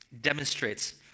demonstrates